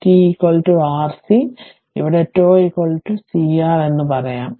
Τ RC അതിനാൽ ഇവിടെ τ CR എന്ന് പറയാം